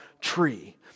tree